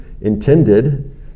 intended